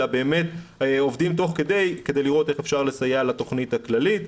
אלה באמת עובדים כדי לראות איך אפשר לסייע לתוכנית הכללית.